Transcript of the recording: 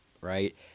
right